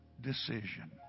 decision